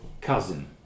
cousin